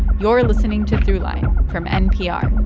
you're listening to throughline from npr.